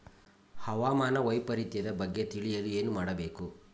ಹವಾಮಾನ ವೈಪರಿತ್ಯದ ಬಗ್ಗೆ ತಿಳಿಯಲು ಏನು ಮಾಡಬೇಕು?